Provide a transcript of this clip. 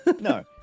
No